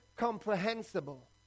Comprehensible